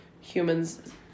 humans